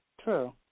True